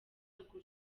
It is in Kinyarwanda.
urwo